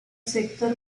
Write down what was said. sector